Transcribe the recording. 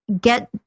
get